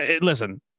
Listen